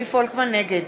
נגד